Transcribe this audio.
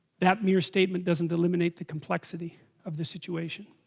that mere statement doesn't eliminate the complexity of the situation